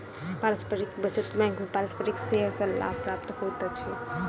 पारस्परिक बचत बैंक में पारस्परिक शेयर सॅ लाभ प्राप्त होइत अछि